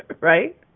right